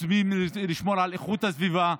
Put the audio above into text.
רוצים לשמור על איכות הסביבה,